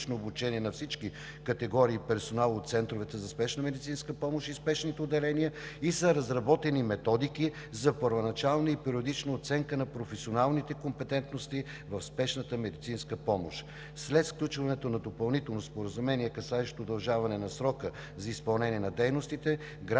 на всички категории персонал от центровете за спешна медицинска помощ и спешните отделения и са разработени методики за първоначална и периодична оценка на професионалните компетентности в спешната медицинска помощ. След сключването на Допълнително споразумение, касаещо удължаване на срока за изпълнение на дейностите,